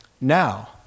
Now